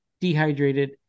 dehydrated